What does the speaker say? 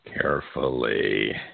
carefully